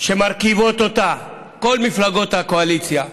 שמרכיבות אותה כל מפלגות הקואליציה,